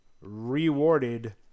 rewarded